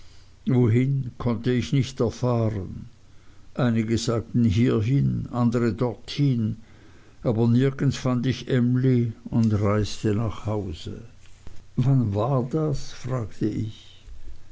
wohin konnte ich nicht erfahren einige sagten hierhin andere dorthin aber nirgends fand ich emly und reiste nach haus wann war das fragte ich